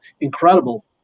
incredible